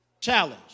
Challenge